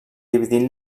dividint